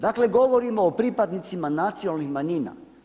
Dakle, govorimo o pripadnicima nacionalnih manjina.